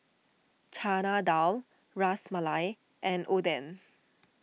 Chana Dal Ras Malai and Oden